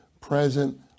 present